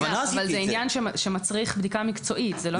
זה עניין שמצריך בדיקה מקצועית.